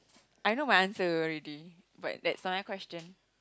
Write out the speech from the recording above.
I know my answer already but that's not my question